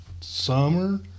summer